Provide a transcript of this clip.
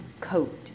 coat